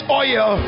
oil